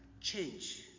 change